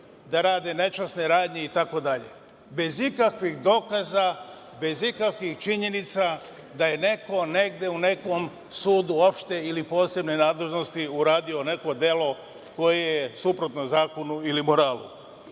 da rade nečasne radnje, itd bez ikakvih dokaza, bez ikakvih činjenica da je neko negde u nekom sudu opšte ili posebne nadležnosti uradio neko delo koje je suprotno zakonu ili moralu.